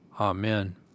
amen